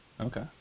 Okay